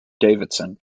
davidson